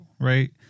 right